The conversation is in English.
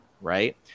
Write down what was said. right